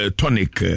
tonic